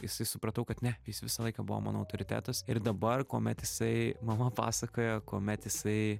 jisai supratau kad ne jis visą laiką buvo mano autoritetas ir dabar kuomet jisai mama pasakojo kuomet jisai